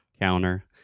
Counter